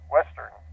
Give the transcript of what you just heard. Western